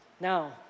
Now